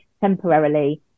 temporarily